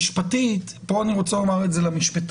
משפטית כאן אני רוצה לומר את זה למשפטנים